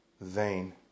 vain